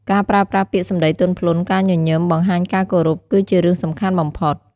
ការប្រើប្រាស់ពាក្យសម្ដីទន់ភ្លន់ ការញញឹម បង្ហាញការគោរព គឺជារឿងសំខាន់បំផុត។